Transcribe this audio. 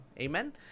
amen